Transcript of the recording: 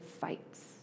fights